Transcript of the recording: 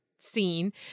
scene